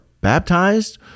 baptized